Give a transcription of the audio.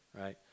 right